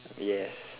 yes